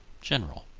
general.